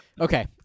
Okay